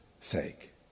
sake